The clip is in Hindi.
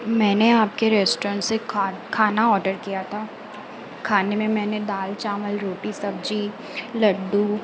मैंने आपके रेस्टोरेंट से खा खाना ओडर किया था खाने में मैंने दाल चावल रोटी सब्ज़ी लड्डू